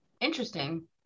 interesting